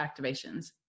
activations